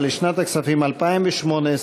אבל לשנת הכספים 2018,